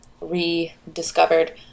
rediscovered